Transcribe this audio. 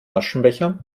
aschenbecher